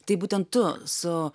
tai būtent tu su